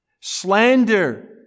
Slander